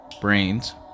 brains